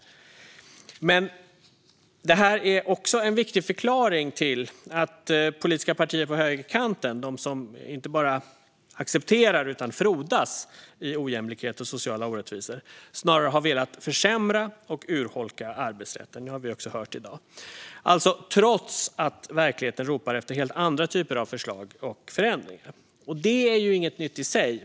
Det här är också en viktig förklaring till att politiska partier på högerkanten, de som inte bara accepterar utan frodas i ojämlikhet och sociala orättvisor, snarare har velat försämra och urholka arbetsrätten. Det har vi också hört i dag. Detta trots att verkligheten ropar efter helt andra typer av förslag och förändringar. Det är ju inget nytt i sig.